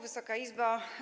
Wysoka Izbo!